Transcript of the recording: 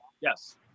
Yes